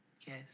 Yes